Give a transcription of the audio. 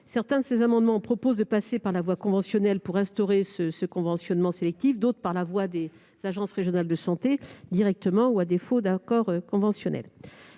Certains des dispositifs proposés passent par la voie conventionnelle pour instaurer ce conventionnement sélectif ; d'autres passent par les agences régionales de santé, directement ou à défaut d'accord conventionnel.